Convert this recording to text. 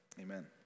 Amen